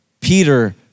Peter